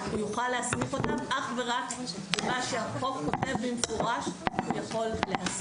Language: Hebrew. הוא יוכל להסמיך אותם אך ורק במה שהחוק כותב במפורש שהוא יכול להסמיך.